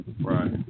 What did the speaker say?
Right